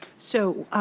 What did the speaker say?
so,